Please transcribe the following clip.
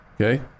okay